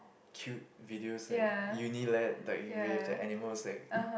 cute videos like Unilad but you will reveal the animal like